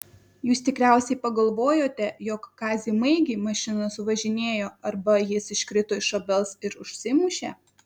jūs tikriausiai pagalvojote jog kazį maigį mašina suvažinėjo arba jis iškrito iš obels ir užsimušė